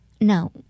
no